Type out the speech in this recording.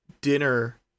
dinner